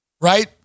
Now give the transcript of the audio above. Right